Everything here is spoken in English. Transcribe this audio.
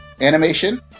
Animation